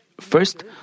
First